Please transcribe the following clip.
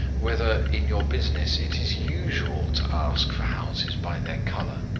whether, in your business, it is usual to ask for houses by their colour?